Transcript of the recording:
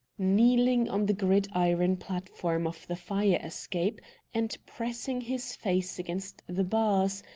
kneeling on the gridiron platform of the fire-escape, and pressing his face against the bars,